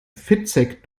fitzek